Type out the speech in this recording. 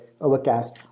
Overcast